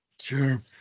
Sure